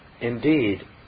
Indeed